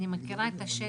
אני מכירה את השטח.